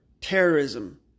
terrorism